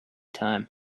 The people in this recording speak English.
time